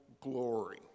glory